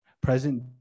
Present